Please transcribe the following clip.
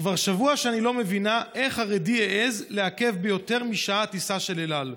כבר שבוע שאני לא מבינה איך חרדי העז לעכב ביותר משעה טיסה של אל על.